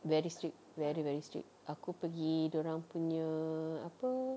very strict very very strict aku pergi dorang punya apa